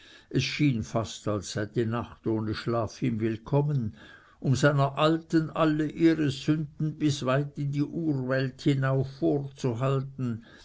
es schien fast als sei die nacht ohne schlaf ihm willkommen um seiner alten alle ihre sünden bis weit in die urwelt hinauf vorzuhalten